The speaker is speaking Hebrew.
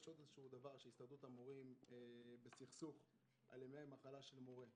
הסתדרות המורים בסכסוך על ימי מחלה של מורה.